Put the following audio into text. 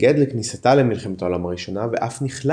התנגד לכניסתה למלחמת העולם הראשונה, ואף נכלא